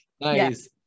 nice